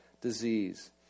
disease